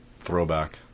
Throwback